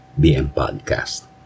BMPodcast